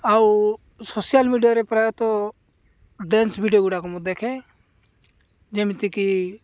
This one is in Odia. ଆଉ ସୋସିଆଲ୍ ମିଡ଼ିଆରେ ପ୍ରାୟତଃ ଡ୍ୟାନ୍ସ ଭିଡ଼ିଓଗୁଡ଼ାକ ମୁଁ ଦେଖେ ଯେମିତିକି